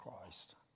Christ